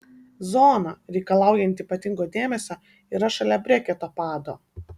zona reikalaujanti ypatingo dėmesio yra šalia breketo pado